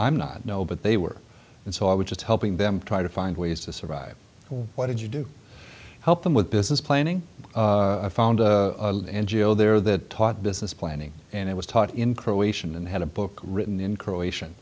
i'm not no but they were and so i was just helping them try to find ways to survive what did you do help them with business planning i found a ngo there that taught business planning and it was taught in croatian and had a book written in croatian